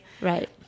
Right